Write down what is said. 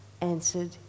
answered